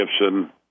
Gibson